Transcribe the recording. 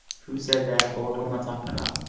who said that, or what am i talking about?